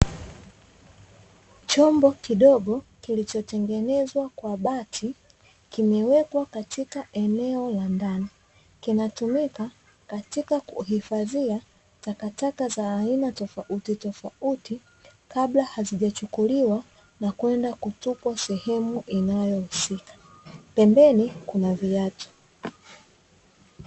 Chombo kidogo kilichotengenezwa kwa bati kimewekwa katika eneo la ndani, kinatumika katika kuhifadhia takataka za aina tofauti tofauti, kabla hazijachukuliwa na kwenda kutupwa sehemu inayohusika, pembeni kuna viatu.